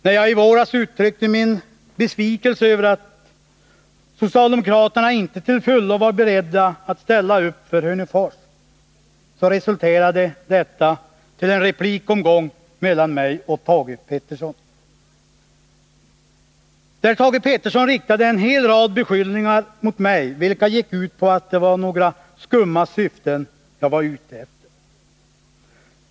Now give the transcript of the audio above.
När jag i våras uttryckte min besvikelse över att socialdemokraterna inte till fullo var beredda att ställa upp för Hörnefors, så resulterade detta i en replikomgång mellan Thage Peterson och mig. Thage Peterson riktade en hel rad beskyllningar mot mig, vilka gick ut på att det var några skumma syften jag var ute efter.